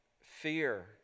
fear